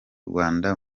rwanda